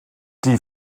die